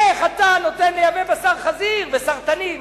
איך אתה נותן לייבא בשר חזיר וסרטנים?